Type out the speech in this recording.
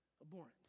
Abhorrent